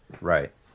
Right